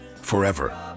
forever